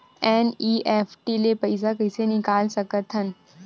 NEFT ले पईसा कइसे निकाल सकत हन?